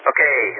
Okay